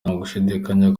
ntagushidikanya